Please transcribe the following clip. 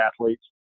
athletes